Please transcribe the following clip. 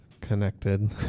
connected